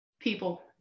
People